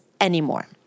anymore